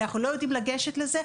אנחנו לא יודעים לגשת לזה,